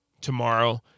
tomorrow